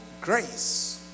grace